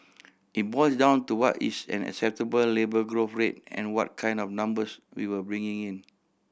it boils down to what is an acceptable labour growth rate and what kind of numbers we were bringing in